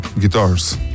guitars